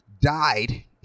died